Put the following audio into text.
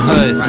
Hood